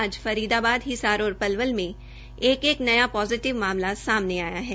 आज फरीदाबाद हिसार और पलवल में एक एक नया पॉजिटिव मामला सामने आया है